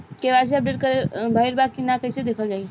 KYC update भइल बा कि ना कइसे देखल जाइ?